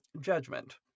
Judgment